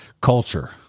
culture